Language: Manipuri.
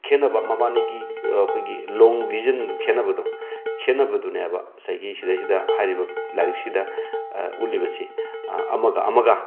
ꯈꯦꯠꯅꯕ ꯃꯕꯥꯅꯤꯒꯤ ꯑꯩꯈꯣꯏꯒꯤ ꯂꯣꯡ ꯕꯤꯖꯟ ꯈꯦꯠꯅꯕꯗꯣ ꯈꯦꯠꯅꯕꯗꯨꯅꯦꯕ ꯉꯁꯥꯏꯒꯤ ꯁꯤꯗꯩꯁꯤꯗ ꯍꯥꯏꯔꯤꯕ ꯂꯥꯏꯔꯤꯛꯁꯤꯗ ꯎꯠꯂꯤꯕꯁꯦ ꯑꯃꯒ ꯑꯃꯒ